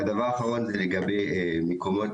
והדבר האחרון הוא לגבי מקומות.